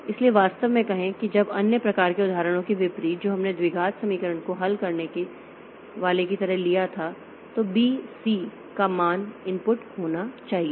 इसलिए वास्तव में यह कहें कि जब अन्य प्रकार के उदाहरणों के विपरीत जो हमने द्विघात समीकरण को हल करने वाले की तरह लिया था तो b c का मान इनपुट होना चाहिए